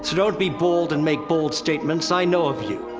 don't be bold and make bold statements, i know of you.